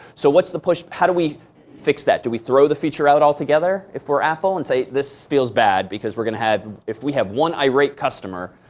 so what's the push? how do we fix that? do we throw the feature out altogether, if we're apple, and say, this feels bad because we're going to have if we have one irate customer,